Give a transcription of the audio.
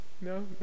no